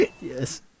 Yes